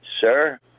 Sir